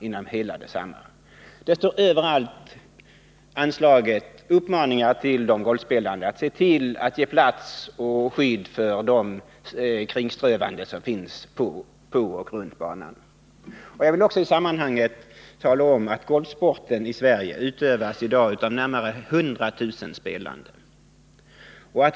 Över hela området finns anslaget uppmaningar till de golfspelande att ge plats och skydd för de kringströvande på och runt banan. Jag vill också i sammanhanget tala om att golfsporten utövas i Sverige i dag av närmare 100 000.